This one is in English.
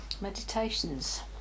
meditations